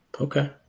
Okay